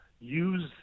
use